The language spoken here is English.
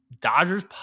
Dodgers